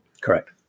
Correct